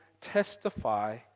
testify